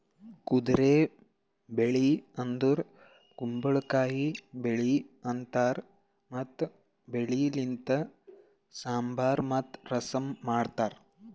ಕುದುರೆ ಬೆಳಿ ಅಂದುರ್ ಕುಂಬಳಕಾಯಿ ಬೆಳಿ ಅಂತಾರ್ ಮತ್ತ ಬೆಳಿ ಲಿಂತ್ ಸಾಂಬಾರ್ ಮತ್ತ ರಸಂ ಮಾಡ್ತಾರ್